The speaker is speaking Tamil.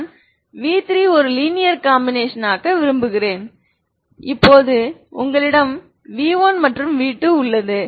நான் v3 ஒரு லீனியர் காம்பினேஷன் ஆக விரும்புகிறேன் இப்போது உங்களிடம் v1 மற்றும் v2 உள்ளது